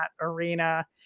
arena